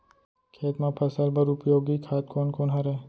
खेत म फसल बर उपयोगी खाद कोन कोन हरय?